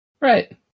Right